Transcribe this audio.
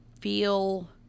feel